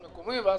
בסדר?